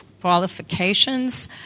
qualifications